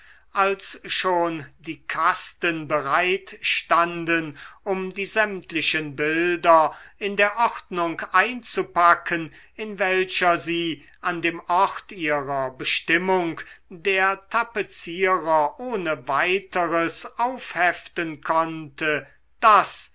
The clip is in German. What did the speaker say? als schon die kasten bereit standen um die sämtlichen bilder in der ordnung einzupacken in welcher sie an dem ort ihrer bestimmung der tapezierer ohne weiteres aufheften konnte daß